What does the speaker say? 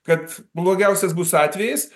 kad blogiausias bus atvejis